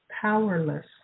powerless